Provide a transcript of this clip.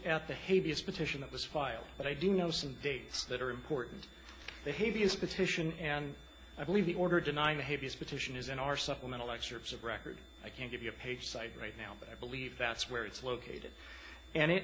at the hay vs petition that was filed but i do know some days that are important behaviors petition and i believe the order denying behaviors petition is in our supplemental excerpts of record i can't give you a page cite right now but i believe that's where it's located and it